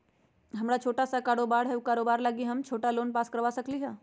हमर छोटा सा कारोबार है उ कारोबार लागी हम छोटा लोन पास करवा सकली ह?